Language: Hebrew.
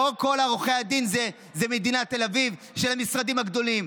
לא כל עורכי הדין זה מדינת תל אביב של המשרדים הגדולים.